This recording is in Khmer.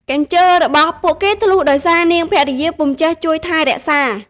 កញ្ជើរបស់ពួកគេធ្លុះដោយសារនាងភរិយាពុំចេះជួយថែរក្សា។